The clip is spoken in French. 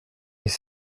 les